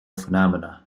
phenomena